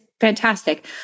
fantastic